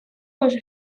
уже